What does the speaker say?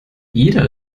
jeder